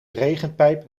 regenpijp